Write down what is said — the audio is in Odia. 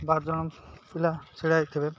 ବାର ଜଣ ପିଲା ଛିଡ଼ା ହେଇଥିବେ